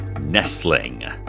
nestling